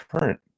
current